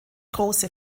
große